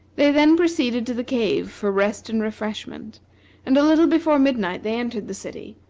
they then proceeded to the cave for rest and refreshment and a little before midnight they entered the city,